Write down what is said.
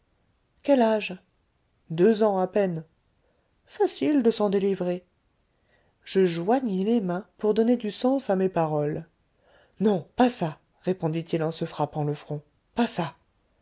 quel âge deux ans à peine facile de s'en délivrer je joignis les mains pour donner du sens à mes paroles non pas ça répondit-il en se frappant le front pas ça